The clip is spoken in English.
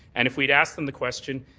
and if we had asked them the question,